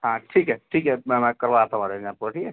हाँ ठीक है ठीक है मैं मैं करवाता हूँ अरेंजमेंट आपको ठीक है